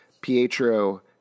Pietro